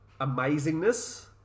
Amazingness